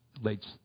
late